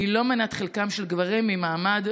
הן לא מנת חלקם של גברים ממעמד,